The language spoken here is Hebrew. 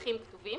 מסמכים כתובים,